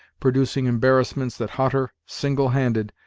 producing embarrassments that hutter, single-handed,